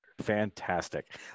Fantastic